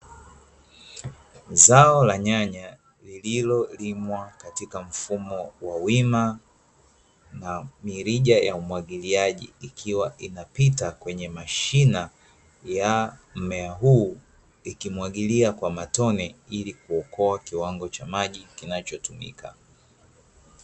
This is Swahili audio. Zao la nyanya, lililolimwa katika mfumo wa wima, na mirija ya umwagiliaji, ikiwa inapita kwenye mashina ya mmea huu, ikimwagilia kwa matone, ili kuokoa kiwango cha maji kinachotumika.